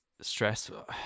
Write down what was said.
stressful